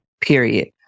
period